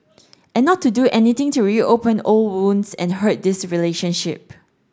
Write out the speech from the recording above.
and not to do anything to reopen old wounds and hurt this relationship